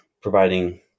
providing